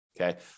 Okay